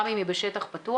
גם אם היא בשטח פתוח,